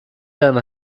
während